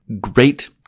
great